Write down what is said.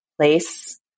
place